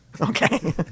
Okay